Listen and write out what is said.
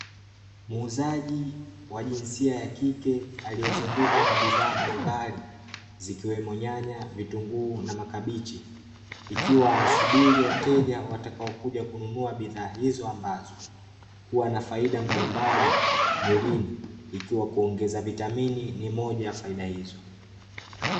Muuzaji wa jinsia ya kike aliyezungukwa na bidhaa mbalimbali zikiwemo; nyanya, vitunguu na makabichi, ikiwa anasubiri wateja watakaokuja kununua bidhaa hizo ambazo huwa na faida mbalimbali mwilini, ikiwa kuongeza vitamini ni moja ya faida hizo.